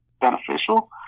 beneficial